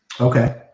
okay